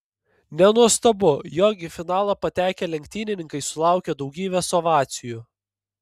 nenuostabu jog į finalą patekę lenktynininkai sulaukė daugybės ovacijų